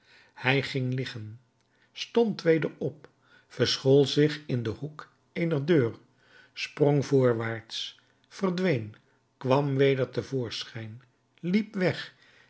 hij ging liggen stond weder op verschool zich in den hoek eener deur sprong voorwaarts verdween kwam weder te voorschijn liep weg